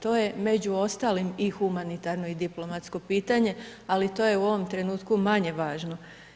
To je među ostalim i humanitarno i diplomatsko pitanje, ali to je u ovom trenutku manje važno.